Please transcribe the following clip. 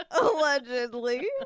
allegedly